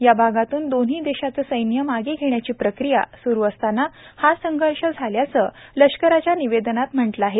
या भागातून दोन्ही देशांचं सैन्य मागे घेण्याची प्रक्रिया सुरु असताना हा संघर्ष झाल्याचं लष्कराच्या निवेदनात म्हटलं आहे